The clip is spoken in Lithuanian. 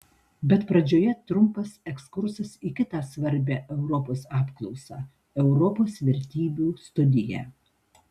bet pradžioje trumpas ekskursas į kitą svarbią europoje apklausą europos vertybių studiją